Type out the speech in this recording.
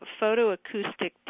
photoacoustic